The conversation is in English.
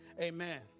amen